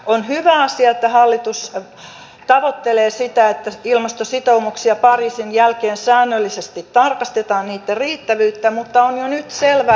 on hyvä asia että hallitus tavoittelee sitä että ilmastositoumusten riittävyyttä pariisin jälkeen säännöllisesti tarkastetaan mutta on jo nyt selvää että ne eivät riitä